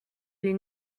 les